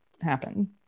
happen